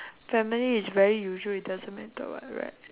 family is very usual it doesn't matter [what] right